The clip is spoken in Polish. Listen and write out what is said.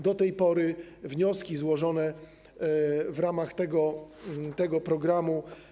Do tej pory wnioski złożone w ramach tego programu.